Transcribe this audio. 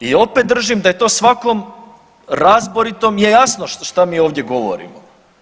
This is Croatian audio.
I opet držim da je to svakom razboritom je jasno šta mi ovdje govorimo.